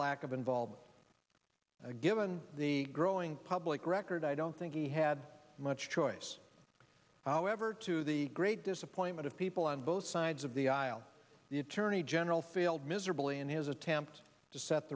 lack of involvement given the growing public record i don't think he had much choice however to the great disappointment of people on both sides of the aisle the attorney general failed miserably in his attempt to set